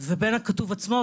ובין הכתוב עצמו.